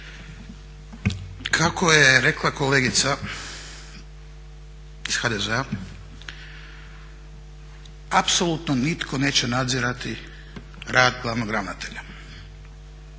Kako je rekla kolegica iz HDZ-a apsolutno nitko neće nadzirati rad glavnog ravnatelja